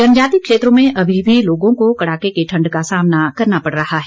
जनजातीय क्षेत्रों में अभी भी लोगों को कड़ाके की ठंड का सामना करना पड़ रहा है